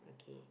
okay